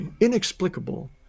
inexplicable